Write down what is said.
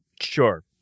sure